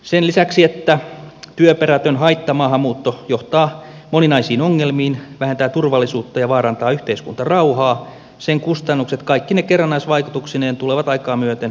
sen lisäksi että työperätön haittamaahanmuutto johtaa moninaisiin ongelmiin vähentää turvallisuutta ja vaarantaa yhteiskuntarauhaa sen kustannukset kaikkine kerrannaisvaikutuksineen tulevat aikaa myöten sietämättömiksi